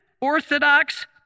Orthodox